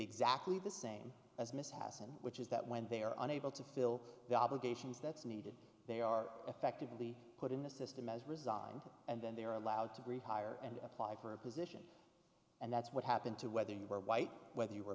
exactly the same as mr haslam which is that when they are unable to fill the obligations that's needed they are effectively put in the system as resigned and then they are allowed to retire and apply for a position and that's what happened to whether you were white whether you were